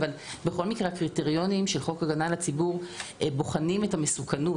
אבל בכל מקרה הקריטריונים של החוק הגנה לציבור בוחנים את המסוכנות.